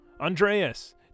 Andreas